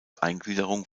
eingliederung